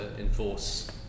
enforce